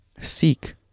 seek